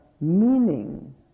meaning